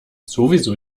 sowieso